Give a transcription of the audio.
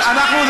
אנחנו,